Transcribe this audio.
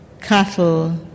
cattle